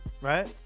right